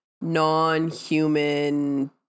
non-human